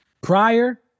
prior